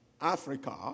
Africa